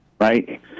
right